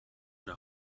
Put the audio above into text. der